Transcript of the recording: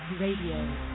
Radio